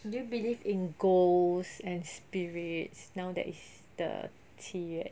do you believe in ghosts and spirits now that it's the 七月